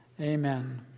Amen